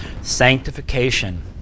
sanctification